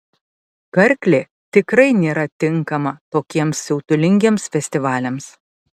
karklė tikrai nėra tinkama tokiems siautulingiems festivaliams